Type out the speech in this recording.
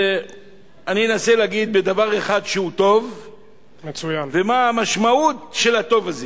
אנסה לדבר על נושא טוב אחד ומה המשמעות של הטוב הזה.